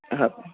ಹಾಂ